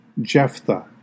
Jephthah